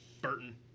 Burton